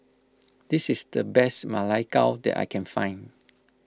this is the best Ma Lai Gao that I can find